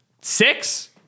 six